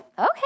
Okay